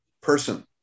person